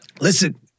Listen